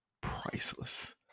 priceless